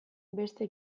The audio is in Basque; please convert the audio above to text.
beste